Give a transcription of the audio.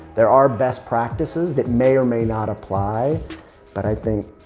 there are best practices that may or may not apply but i think,